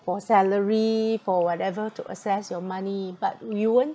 for salary for whatever to access your money but you won't